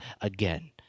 again